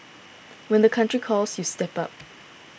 when the country calls you step up